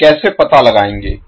तो कैसे पता लग़ायेंगे